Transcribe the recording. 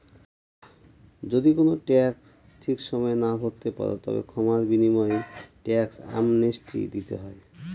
যদি কোনো ট্যাক্স ঠিক সময়ে না ভরতে পারো, তবে ক্ষমার বিনিময়ে ট্যাক্স অ্যামনেস্টি দিতে হয়